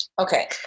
Okay